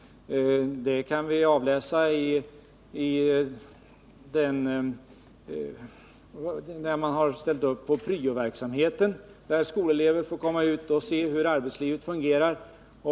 Det kan vi läsa ut ur det faktum att man har ställt upp på pryoverksamhet, där skolelever får komma ut och se hur arbetslivet fungerar.